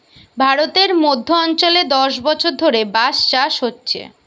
ভারতের মধ্য অঞ্চলে দশ বছর ধরে বাঁশ চাষ হচ্ছে